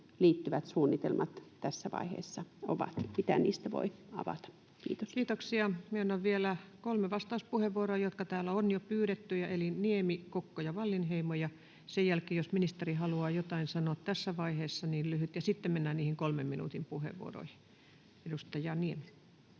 liittyvät suunnitelmat tässä vaiheessa ovat. Mitä niistä voi avata? — Kiitos. Kiitoksia. — Myönnän vielä kolme vastauspuheenvuoroa, jotka täällä ovat jo pyydettyinä, eli Niemi, Kokko ja Wallinheimo, ja sen jälkeen jos ministeri haluaa jotain sanoa tässä vaiheessa, niin lyhyesti, ja sitten mennään niihin kolmen minuutin puheenvuoroihin. — Edustaja Niemi.